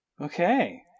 Okay